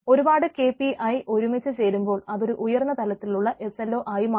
ഒരുപാട് KPI ഒരുമിച്ച് ചേരുമ്പോൾ അതൊരു ഉയർന്ന തലത്തിലുള്ള SLO ആയി മാറുന്നു